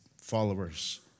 followers